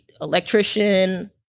electrician